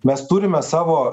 mes turime savo